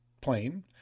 plane